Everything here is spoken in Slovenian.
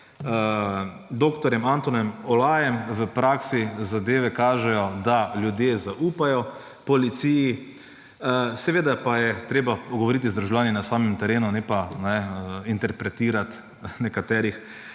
Antonom Olajem v praksi zadeve kažejo, da ljudje zaupajo policiji. Seveda pa je treba govoriti z državljani na samem terenu, ne pa interpretirati nekaterih